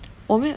我没有